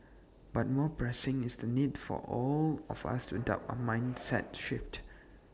but more pressing is the need for all of us to adopt A mindset shift